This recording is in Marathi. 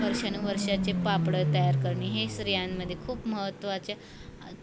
वर्षानुवर्षाचे पापडं तयार करणे हे स्त्रियांमध्ये खूप महत्त्वाचे